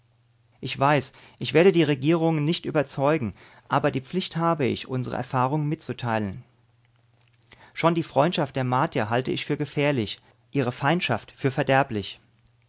ich weiß ich werde die regierungen nicht überzeugen aber die pflicht habe ich unsre erfahrungen mitzuteilen schon die freundschaft der martier halte ich für gefährlich ihre feindschaft für verderblich